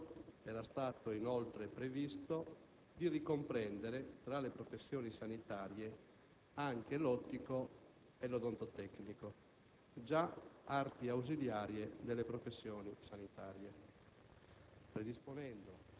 in tale ambito, era stato inoltre previsto di ricomprendere tra le professioni sanitarie anche l'ottico e l'odontotecnico, già arti ausiliarie delle professioni sanitarie,